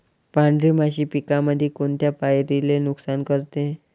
पांढरी माशी पिकामंदी कोनत्या पायरीले नुकसान करते?